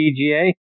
PGA